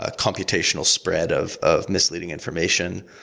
ah computational spread of of misleading information,